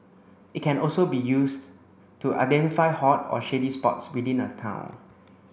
it can also be used to identify hot or shady spots within a town